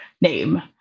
name